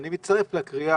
אני מצטרף לקריאה,